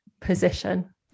position